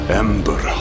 ember